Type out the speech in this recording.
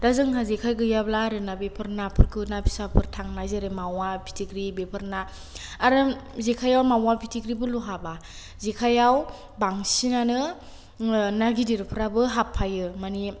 दा जोंहा जेखाइ गैयाब्ला आरो ना बेफोर नाफोरखौ ना फिसाफोर थांनाय जेरै मावा फिथिख्रि बेफोर ना आरो जेखाइआव मावा फिथिख्रिफोरल' हाबा जेखाइआव बांसिनानो ना गिदिरफ्राबो हाफायो मानि